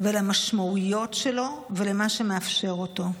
ולמשמעויות שלו ולמה שמאפשר אותו.